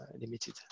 limited